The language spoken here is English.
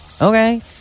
Okay